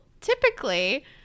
typically